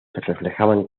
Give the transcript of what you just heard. reflejan